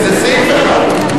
סעיף 39,